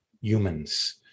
humans